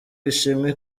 ishimwe